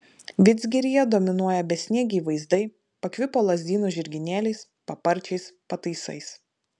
vidzgiryje dominuoja besniegiai vaizdai pakvipo lazdynų žirginėliais paparčiais pataisais